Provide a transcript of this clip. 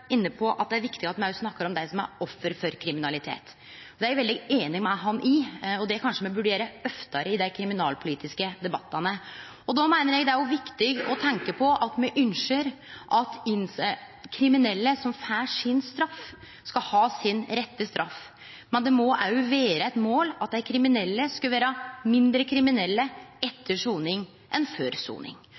inne på at det er viktig at me òg snakkar om dei som er ofre for kriminalitet. Det er eg veldig einig med han i. Det burde me kanskje gjere oftare i dei kriminalpolitiske debattane. Då meiner eg det òg er viktig å tenkje på at me ønskjer at kriminelle som får si straff, skal ha si rette straff. Men det må vere eit mål at dei kriminelle skal vere mindre kriminelle etter soning enn før soning.